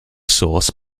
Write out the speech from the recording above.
source